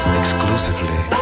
exclusively